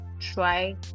Try